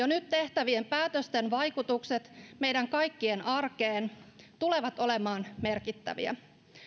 nyt tehtävien päätösten vaikutukset meidän kaikkien arkeen tulevat olemaan merkittäviä